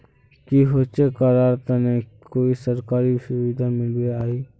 की होचे करार तने कोई सरकारी सुविधा मिलबे बाई?